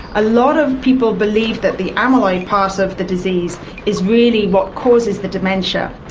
a lot of people believe that the amyloid part of the disease is really what causes the dementia,